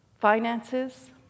finances